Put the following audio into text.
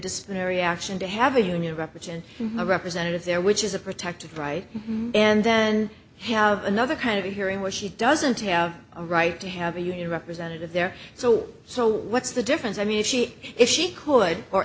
dispensary action to have a union represent a representative there which is a protected right and then have another kind of hearing where she doesn't have a right to have a union representative there so what's the difference i mean if she if she could or